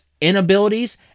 inabilities